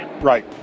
Right